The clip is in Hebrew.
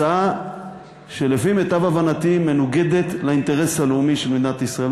הצעה שלפי מיטב הבנתי מנוגדת לאינטרס הלאומי של מדינת ישראל.